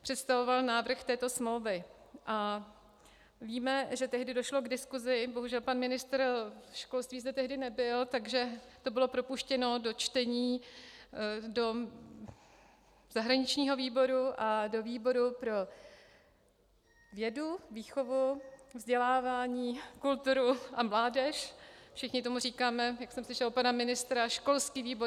Představoval návrh této smlouvy a víme, že tehdy došlo k diskuzi, bohužel pan ministr školství zde tehdy nebyl, takže to bylo propuštěno do čtení do zahraničního výboru a do výboru pro vědu, výchovu, vzdělání, kulturu a mládež, všichni tomu říkáme, jak jsem slyšela od pana ministra, školský výbor.